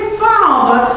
father